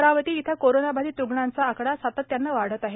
अमरावती इथ कोरोंनाबाधित रुग्णांचा आकडा सातत्याने वाढत आहे